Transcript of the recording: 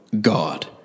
God